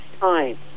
time